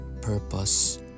purpose